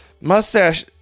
mustache